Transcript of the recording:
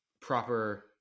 proper